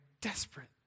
desperate